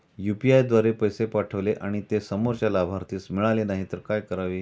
UPI द्वारे पैसे पाठवले आणि ते समोरच्या लाभार्थीस मिळाले नाही तर काय करावे?